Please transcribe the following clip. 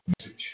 message